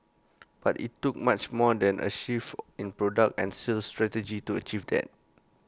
but IT took much more than A shift in product and sales strategy to achieve that